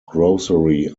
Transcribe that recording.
grocery